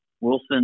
Wilson